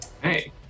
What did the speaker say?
Hey